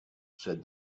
said